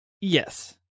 Yes